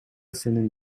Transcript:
сенин